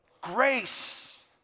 Grace